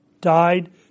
died